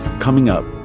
coming up,